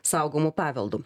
saugomu paveldu